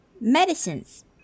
Medicines